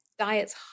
Diets